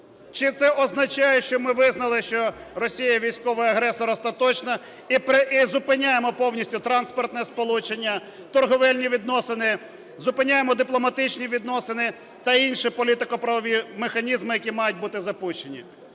Чи це означає, що ми визнали, що Росія військовий агресор остаточно і зупиняємо повністю транспортне сполучення, торгівельні відносини, зупиняємо дипломатичні відносини та інші політико-правові механізми, які мають бути запущені?